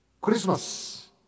Christmas